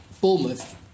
Bournemouth